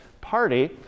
party